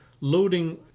loading